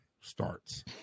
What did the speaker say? starts